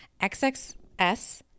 XXS